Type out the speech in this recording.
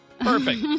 Perfect